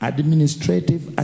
Administrative